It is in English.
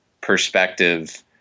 perspective